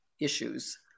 issues